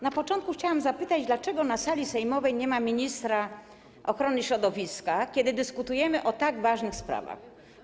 Na początku chciałam zapytać, dlaczego na sali sejmowej nie ma ministra ochrony środowiska, kiedy dyskutujemy o tak ważnych sprawach.